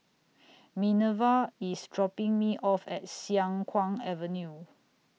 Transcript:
Minerva IS dropping Me off At Siang Kuang Avenue